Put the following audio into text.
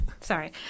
sorry